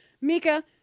Mika